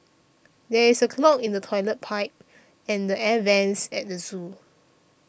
there is a clog in the Toilet Pipe and the Air Vents at the zoo